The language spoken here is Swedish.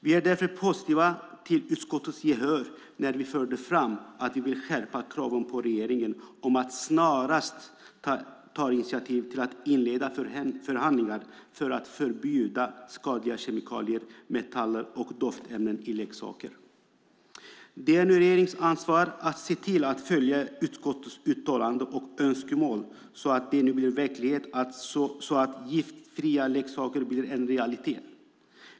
Vi är därför positiva till att vi fick gehör i utskottet när vi förde fram att vi vill skärpa kraven på regeringen när det gäller att man snarast ska ta initiativ till att inleda förhandlingar för att förbjuda skadliga kemikalier, metaller och doftämnen i leksaker. Det är nu regeringens ansvar att se till att följa utskottets uttalande och önskemål, så att detta blir verklighet, att giftfria leksaker blir en realitet.